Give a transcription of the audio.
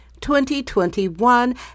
2021